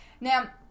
Now